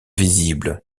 visible